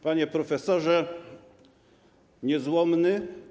Panie Profesorze Niezłomny!